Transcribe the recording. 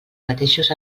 mateixos